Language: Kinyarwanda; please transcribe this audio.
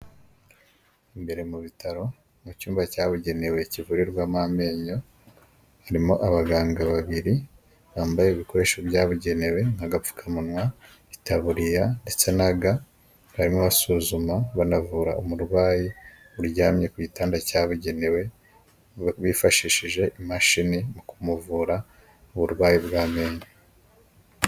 Imbere mu bitaro mu cyumba cyabugenewe kivurirwamo amenyo harimo abaganga babiri bambaye ibikoresho byabugenewe nkagapfukamunwa , itaburiya ndetse naga barimo basuzuma banavura umurwayi uryamye ku gitanda cyabugenewe bifashishije imashini mu kumuvura uburwayi bw’amenyo.